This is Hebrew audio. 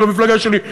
של המפלגה שלי,